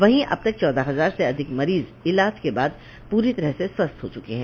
वहीं अब तक चौदह हजार से अधिक मरीज इलाज के बाद पूरी तरह से स्वस्थ हो चुके हैं